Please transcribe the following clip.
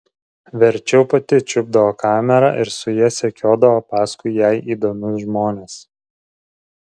verčiau pati čiupdavo kamerą ir su ja sekiodavo paskui jai įdomius žmones